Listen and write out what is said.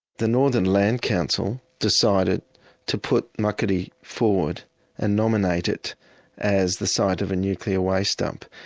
the northern land council decided to put muckaty forward and nominate it as the site of a nuclear waste dump.